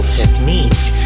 technique